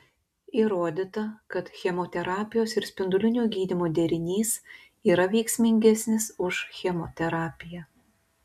įrodyta kad chemoterapijos ir spindulinio gydymo derinys yra veiksmingesnis už chemoterapiją